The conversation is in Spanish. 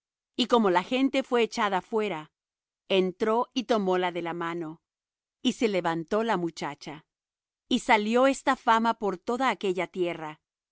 y como la gente fué echada fuera entró y tomóla de la mano y se levantó la muchacha y salió esta fama por toda aquella tierra